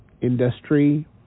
industry